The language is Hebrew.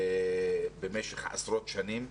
במשך עשרות שנים,